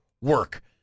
work